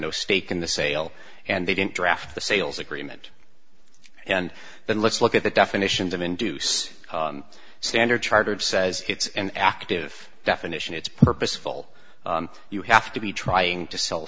no stake in the sale and they didn't draft the sales agreement and then let's look at the definitions of induce standard chartered says it's an active definition it's purposeful you have to be trying to sell